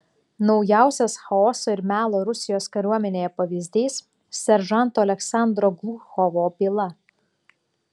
naujausias chaoso ir melo rusijos kariuomenėje pavyzdys seržanto aleksandro gluchovo byla